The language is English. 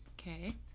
Okay